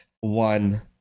one